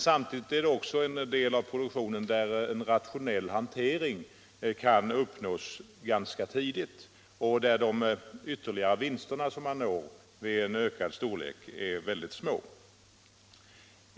Samtidigt kan inom denna del av produktionen en rationell hantering åstadkommas ganska tidigt, och de vinster man uppnår vid en större drift blir därför väldigt små.